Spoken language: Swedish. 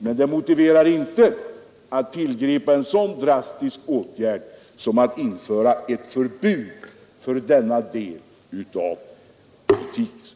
Det finns därför i dag ingen anledning att tillgripa en så drastisk åtgärd som att införa förbud för detta slag av butiker.